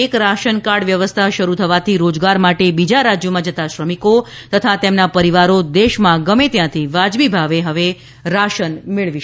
એક રાષ્ટ્ર એક રાશન કાર્ડ વ્યવસ્થા શરૂ થવાથી રોજગાર માટે બીજા રાજ્યોમાં જતા શ્રમિકો તથા તેમના પરિવારો દેશમાં ગમે ત્યાંથી વાજબી ભાવે હવે રાશન મેળવી શકશે